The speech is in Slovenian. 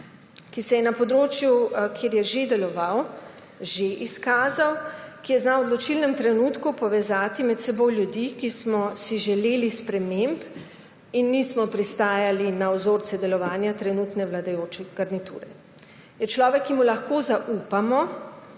ki se je na področju, kjer je že deloval, že izkazal, ki je znal v odločilnem trenutku povezati med seboj ljudi, ki smo si želeli sprememb in nismo pristajali na vzorce delovanja trenutne vladajoče garniture. Je človek, ki mu lahko zaupamo,